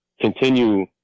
continue